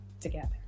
together